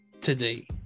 today